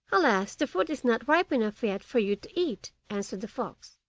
alas! the fruit is not ripe enough yet for you to eat answered the fox,